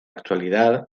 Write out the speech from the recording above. actualidad